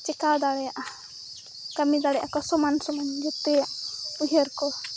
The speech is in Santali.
ᱪᱤᱠᱟᱹ ᱫᱟᱲᱮᱭᱟᱜᱼᱟ ᱠᱟᱹᱢᱤ ᱫᱟᱲᱮᱭᱟᱜ ᱟᱠᱚ ᱥᱚᱢᱟᱱᱼᱥᱚᱢᱟᱱ ᱡᱮᱛᱮᱭᱟᱜ ᱩᱭᱦᱟᱹᱨ ᱠᱚ